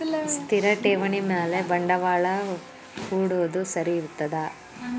ಸ್ಥಿರ ಠೇವಣಿ ಮ್ಯಾಲೆ ಬಂಡವಾಳಾ ಹೂಡೋದು ಸರಿ ಇರ್ತದಾ?